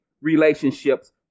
relationships